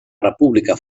república